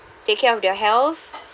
take care of their health